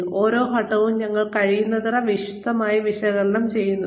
കൂടാതെ ഓരോ ഘട്ടവും ഞങ്ങൾ കഴിയുന്നത്ര വിശദമായി വിശകലനം ചെയ്യുന്നു